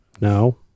No